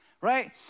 right